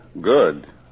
Good